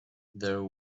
there